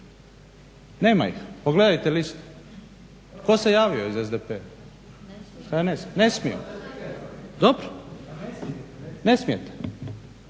Nema ih. Pogledajte listu, tko se javio iz SDP-a, HNS-a? Ne smiju, dobro. Ne smijete,